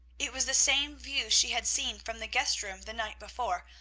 it was the same view she had seen from the guest-room the night before,